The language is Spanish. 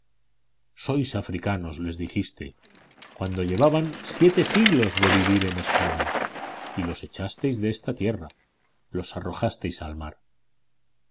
en su vejez sois africanos les dijisteis cuando llevaban siete siglos de vivir en españa y los echasteis de esta tierra los arrojasteis al